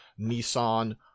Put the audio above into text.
Nissan